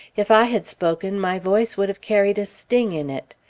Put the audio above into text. if i had spoken, my voice would have carried a sting in it.